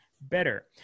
better